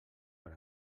per